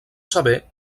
sever